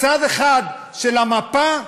בצד אחד של המפה,